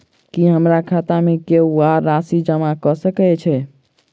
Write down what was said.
की हमरा खाता मे केहू आ राशि जमा कऽ सकय छई?